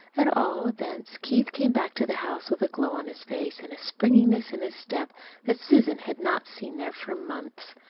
at all events, keith came back to the house with a glow on his face and a springiness in his step that susan had not seen there for months.